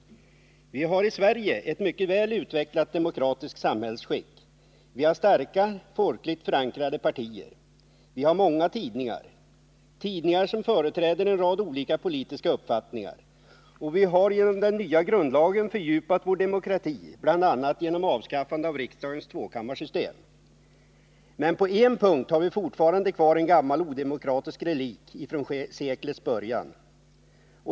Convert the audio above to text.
Vi har i Sverige ett mycket väl utvecklat demokratiskt samhällsskick. Vi har starka, folkligt förankrade partier. Vi har många tidningar — tidningar som företräder en rad olika politiska uppfattningar. Vi har genom den nya grundlagen fördjupat vår demokrati, bl.a. genom avskaffandet av riksdagens tvåkammarsystem. Men på en punkt har vi fortfarande kvar en gammal odemokratisk relikt från seklets början.